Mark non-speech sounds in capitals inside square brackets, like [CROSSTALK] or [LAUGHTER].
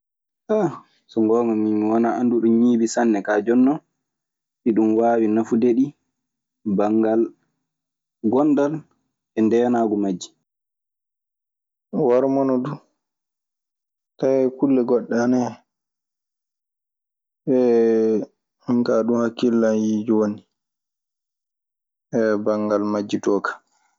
[HESITATION] so ngoonga min mi wanaa annduɗo ñiiɓi sanne. Kaa jooni non e ɗun waawi nafude ɗi, banngal gonndal e ndeenaaku majji. Warmono du tawee kulle goɗɗe ana hen. [HESITATION] Ɗun kaa ɗun hakkillan yii jooni [HESITATION] banngal majji too ka.